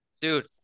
Dude